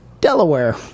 Delaware